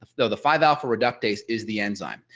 so the five alpha reductase is the enzyme,